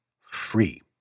free